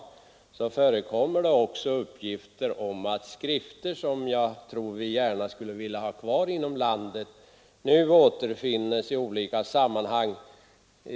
Däribland förekommer också uppgifter om att skrifter som vi nog gärna skulle vilja ha kvar i landet nu finns på olika håll utomlands.